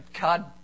God